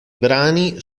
brani